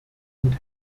und